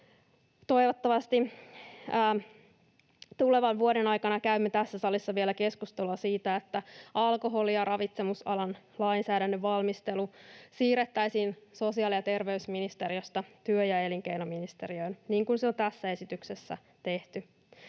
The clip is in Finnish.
Toivottavasti tulevan vuoden aikana käymme tässä salissa vielä keskustelua siitä, että alkoholi- ja ravitsemisalan lainsäädännön valmistelu siirrettäisiin sosiaali- ja terveysministeriöstä työ- ja elinkeinoministeriöön, niin kuin se on tässä esityksessä tehty.